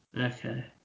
okay